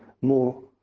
more